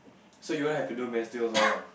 so you all have to do mass drills all lah